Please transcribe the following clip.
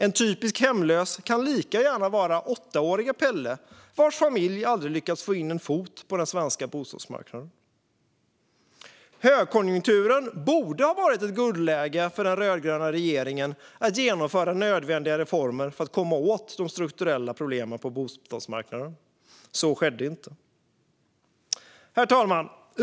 En typisk hemlös kan lika gärna vara åttaårige Pelle vars familj aldrig lyckats få in en fot på den svenska bostadsmarknaden. Högkonjunkturen borde ha varit ett guldläge för den rödgröna regeringen att genomföra nödvändiga reformer för att komma åt de strukturella problemen på bostadsmarknaden. Så skedde inte. Herr talman!